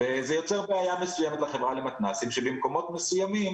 זה יוצר בעיה מסוימת לחברה למתנ"סים שבמקומות מסוימים